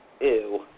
Ew